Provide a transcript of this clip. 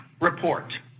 report